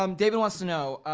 um david wants to know,